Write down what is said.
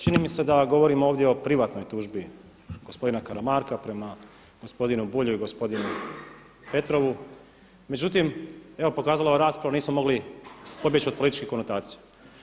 Čini mi se da govorim ovdje o privatnoj tužbi gospodina Karamarka prema gospodinu Bulju i gospodinu Petrovu, međutim evo pokazala je rasprava nismo mogli pobjeći od političkih konotacija.